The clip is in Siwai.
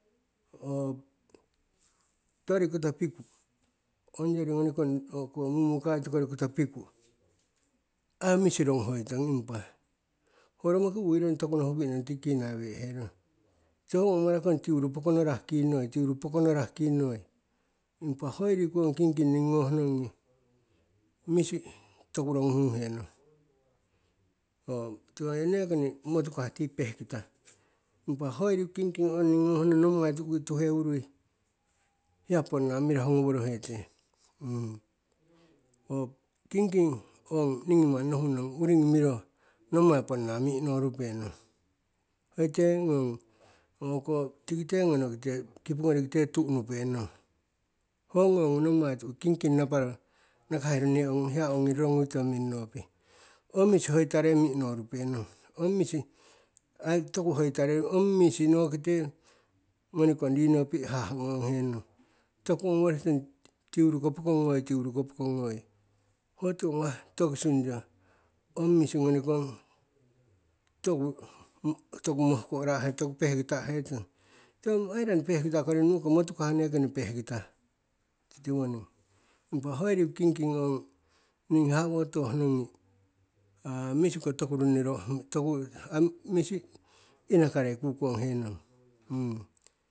Ho tori koto piku, ongyori ngonikong o'oko mumukaitu koto piku, ai ho misi roguhoi tong impa, ho romoki uhuirong, toku nohupi'i nui yong tiki kinai we'ehe rong. Owo gowe'ekong tiuru pokonorah kinoi, tiuru pokonorah kinou, impa, hoiriku kingking nigi gohnong ngi misi toku noguhung henong, ho tiko oi nekoni motukah ti pehkita. Impa, hoi riku kingking ong nigi gohnong nommai tu'uki tuhewurui, hiya poona mirahu goworohe te. ong kingking ong nigi manni nohuhnong uri miro nommai ponna mi'inorupe nong, hoite ngong o'oko tikite gono kite kipu gori ngite tu'unupe nong. Ho ngong nommai tu'uki kingking naparo naka herong, ne ong hiya ongi rorogiutong minnopi. Ok, ong misi hoitarei mi'ino rupenong, ong misi, ai toku hoitarei, ong misi nokite ngonikong rinopi'i haha'a gonghe nong. Toku owoning, tiuruko pokong ngoi, tiuruko pokong ngoi, ho tiwo gawah tokisungya, ong misi ngonikong toku toku mohko'o ra'ahe, toku pehkita'a hetong. Tiko ong ailani pehkita kori nu'ukong, motukah nekoni pehkita, tiwoning, impa hoi riku kingking ong, nigi haha'a wotoh nonki misi toku runni, rogu, toku rohuai misi inakarei kukong henong